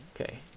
Okay